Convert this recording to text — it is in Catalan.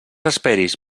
esperis